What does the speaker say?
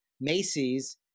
Macy's